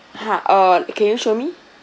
!huh! uh can you show me